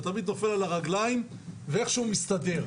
אתה תמיד נופל על הרגליים ואיך שהוא מסתדר.